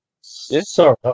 Sorry